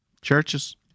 churches